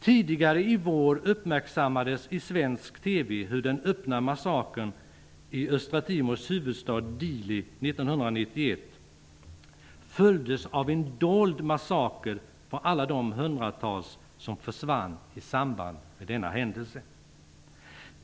Tidigare i vår uppmärksammades i svensk TV hur den öppna massakern i östra Timors huvudstad Dili 1991 följdes av en dold massaker på alla de hundratals som försvann i samband med händelsen.